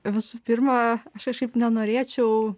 visų pirma aš kažkaip nenorėčiau